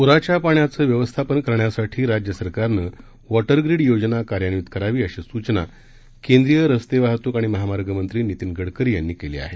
प्राच्या पाण्याचं व्यवस्थापन करण्यासाठी राज्यसरकारनं वॉटर ग्रीड योजना कार्यान्वित करावी अशी सूचना केंद्रीय रस्ते वाहतूक आणि महामार्ग मंत्री नितीन गडकरी यांनी केली आहे